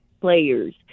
players